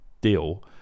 deal